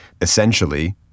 Essentially